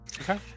Okay